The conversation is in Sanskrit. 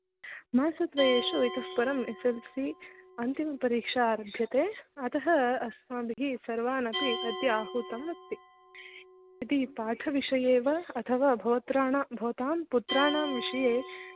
मासद्वयेषु इतः परं एसेसल्सि अन्तिमपरीक्षा आरभ्यते अतः अस्माभिः सर्वानपि अद्य आहूतम् अस्ति यदि पाठविषये वा अथवा भवत्राणां भवतां पुत्राणां विषये